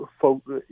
folks